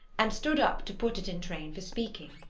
and stood up to put it in train for speaking.